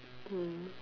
mm